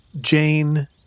Jane